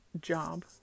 job